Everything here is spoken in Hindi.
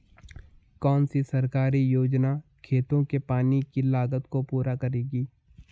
कौन सी सरकारी योजना खेतों के पानी की लागत को पूरा करेगी?